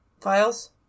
files